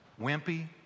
wimpy